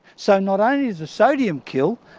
so not only does the sodium kill,